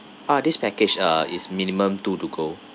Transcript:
ah this package uh is minimum two to go